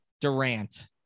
Durant